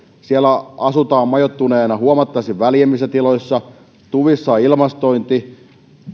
siellä asutaan majoittuneena huomattavasti väljemmissä tiloissa tuvissa on ilmastointi